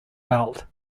belt